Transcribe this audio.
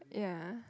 yeah